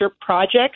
projects